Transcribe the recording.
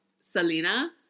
Selena